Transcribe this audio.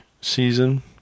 season